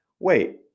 Wait